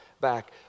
back